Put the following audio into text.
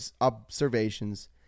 observations